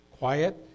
quiet